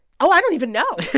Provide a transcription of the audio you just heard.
oh, i don't even know.